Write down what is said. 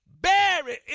buried